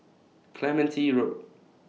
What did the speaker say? Clementi Road